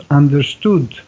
understood